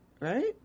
Right